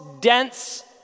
dense